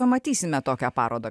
pamatysime tokią parodą